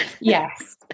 Yes